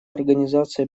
организации